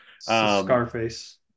Scarface